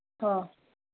हा